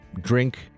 drink